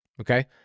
Okay